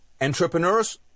entrepreneurs